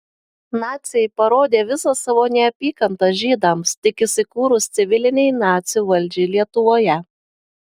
naciai parodė visą savo neapykantą žydams tik įsikūrus civilinei nacių valdžiai lietuvoje